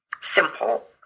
simple